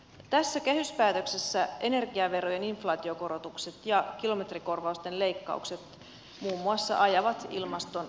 tässä kehyspäätöksessä muun muassa energiaverojen inflaatiokorotukset ja kilometrikorvausten leikkaukset ajavat ilmastonsuojelua